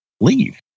Leave